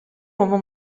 uomo